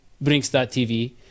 Brinks.TV